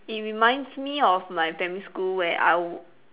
it reminds me of my primary school where I w~